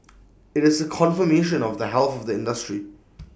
IT is A confirmation of the health of the industry